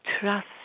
trust